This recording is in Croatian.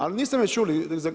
Ali niste me čuli.